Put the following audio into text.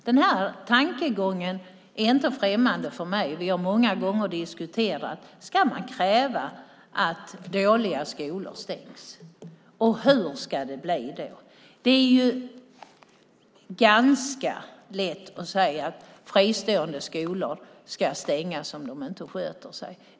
Den tankegången är inte främmande för mig. Vi har många gånger diskuterat om man ska kräva att dåliga skolor stängs. Hur ska det då bli? Det är ganska lätt att säga att fristående skolor ska stängas om de inte sköter sig.